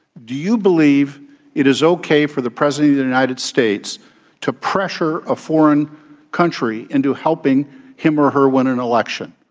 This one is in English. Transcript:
do you believe it is okay for the president of the united states to pressure a foreign country into helping him or her win an election.